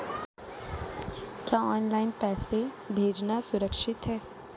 क्या ऑनलाइन पैसे भेजना सुरक्षित है?